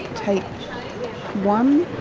tape one.